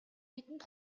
бидэнд